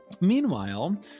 Meanwhile